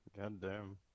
Goddamn